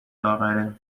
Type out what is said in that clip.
لاغره